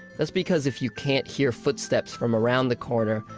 that's because if you can't hear footsteps from around the corner,